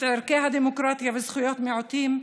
את ערכי הדמוקרטיה וזכויות מיעוטים,